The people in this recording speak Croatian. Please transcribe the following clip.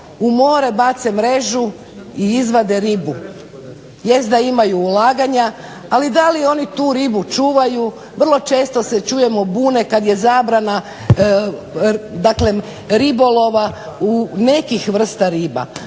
u more bace mrežu i izvade ribu. Jest da imaju ulaganja, ali da li oni tu ribu čuvaju. Vrlo često se čujemo bune kad je zabrana, daklem ribolova nekih vrsta riba.